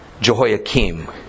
Jehoiakim